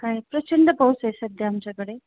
का प्रचंड पाऊस आहे सध्या आमच्याकडे